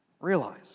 realize